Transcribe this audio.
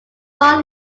third